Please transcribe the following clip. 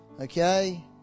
Okay